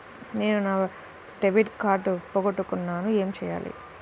నేను నా debit card పోగొట్టుకున్నాను ఏమి చేయాలి?